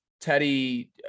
Teddy